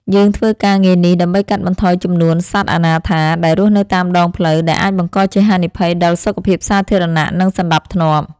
យើងធ្វើការងារនេះដើម្បីកាត់បន្ថយចំនួនសត្វអនាថាដែលរស់នៅតាមដងផ្លូវ ដែលអាចបង្កជាហានិភ័យដល់សុខភាពសាធារណៈ និងសណ្ដាប់ធ្នាប់។